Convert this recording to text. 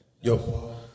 Yo